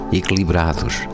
equilibrados